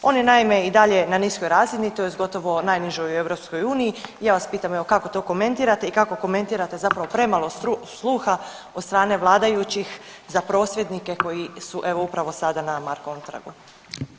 On je naime i dalje na niskoj razini tj. gotovo najnižoj u EU i ja vas pitam evo kako to komentirate i kako komentirate zapravo premalo sluha od strane vladajućih za prosvjednike koji su evo upravo sada na Markovom trgu.